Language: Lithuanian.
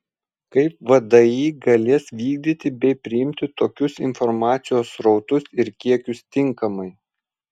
kaip vdi galės vykdyti bei priimti tokius informacijos srautus ir kiekius tinkamai